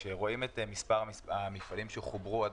כשרואים את מספר המפעלים שחוברו עד